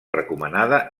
recomanada